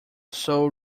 soul